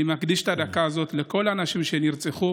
אני מקדיש את הדקה הזאת לכל הנשים שנרצחו,